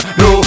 no